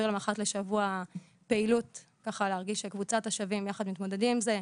להם אחת לשבוע פעילות כדי להרגיש שמתמודדים עם זה.